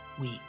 week